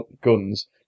guns